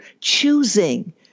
choosing